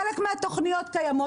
חלק מהתכניות קיימות,